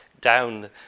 down